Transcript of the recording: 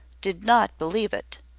did not believe it,